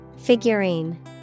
Figurine